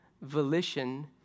volition